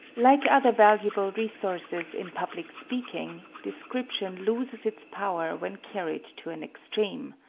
like other valuable resources in public speaking, description loses its power when carried to an extreme.